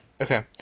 Okay